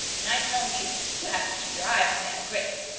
and i tell you, you have to keep your eye on them grits.